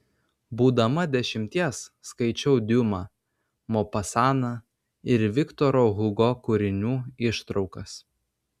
būdama dešimties skaičiau diuma mopasaną ir viktoro hugo kūrinių ištraukas